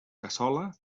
cassola